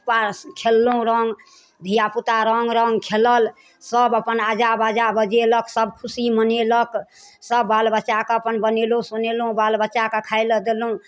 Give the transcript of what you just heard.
खेललहुँ रङ्ग धियापुता रङ्ग रङ्ग खेलल सब अपन आजा बाजा बजेलक सब खुशी मनेलक सब बाल बच्चाके अपन बनेलहुँ सोनेलहुँ बाल बच्चाके खाय लऽ देलहुँ